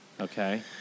Okay